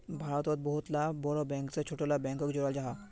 भारतोत बहुत ला बोड़ो बैंक से छोटो ला बैंकोक जोड़ाल जाहा